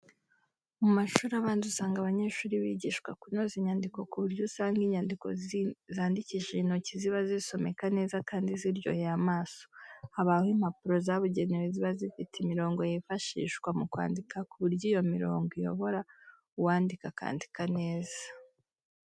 Mu mashuri abanza usanga abanyeshuri bigishwa kunoza inyandiko ku buryo usanga inyandiko zandikishijwe intoki ziba zisomeka neza kandi ziryoheye amaso. Habaho impapuro zabugenewe ziba zifite imirongo yifashisjwa mu kwandika ku buryo iyo mirongo iyobora uwandika akandika neza.